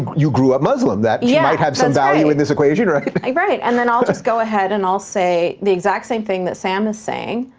you grew up muslim. that yeah might have some value in this equation, right? right, and i'll just go ahead and i'll say the exact same thing that sam is saying,